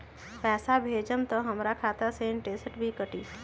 पैसा भेजम त हमर खाता से इनटेशट भी कटी?